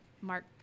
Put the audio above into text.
Mark